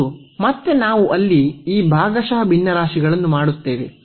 ಮತ್ತು ಮತ್ತೆ ನಾವು ಅಲ್ಲಿ ಈ ಭಾಗಶಃ ಭಿನ್ನರಾಶಿಗಳನ್ನು ಮಾಡುತ್ತೇವೆ